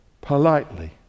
politely